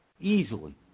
Easily